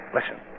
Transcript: Listen